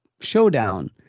showdown